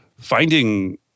finding